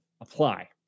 apply